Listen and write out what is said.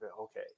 Okay